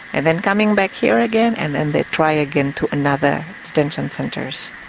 and then coming back here again and and they try again to another detention centres.